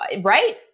right